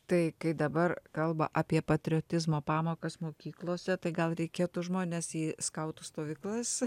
tai kai dabar kalba apie patriotizmo pamokas mokyklose tai gal reikėtų žmones į skautų stovyklas